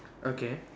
okay